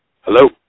Hello